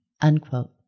unquote